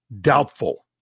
doubtful